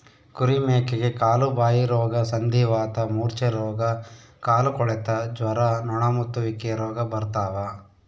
ಕುರಿ ಮೇಕೆಗೆ ಕಾಲುಬಾಯಿರೋಗ ಸಂಧಿವಾತ ಮೂರ್ಛೆರೋಗ ಕಾಲುಕೊಳೆತ ಜ್ವರ ನೊಣಮುತ್ತುವಿಕೆ ರೋಗ ಬರ್ತಾವ